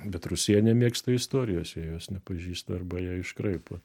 bet rusija nemėgsta istorijos jie jos nepažįsta arba ją iškraipo